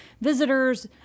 visitors